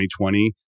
2020